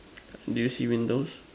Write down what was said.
do you see windows